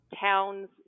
towns